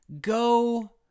go